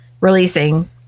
releasing